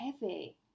heavy